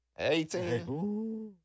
18